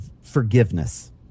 forgiveness